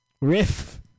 Riff